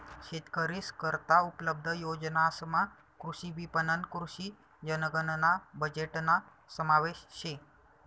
शेतकरीस करता उपलब्ध योजनासमा कृषी विपणन, कृषी जनगणना बजेटना समावेश शे